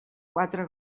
quatre